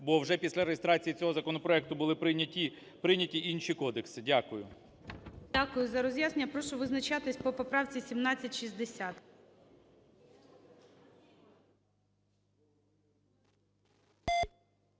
бо вже після реєстрації цього законопроекту були прийняті інші кодекси. Дякую. ГОЛОВУЮЧИЙ. Дякую за роз'яснення. Я прошу визначатися по поправці 1760.